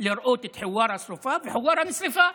לראות את חווארה שרופה, וחווארה נשרפה.